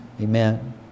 Amen